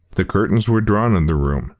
the curtains were drawn in the room,